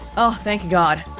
oh, thank god.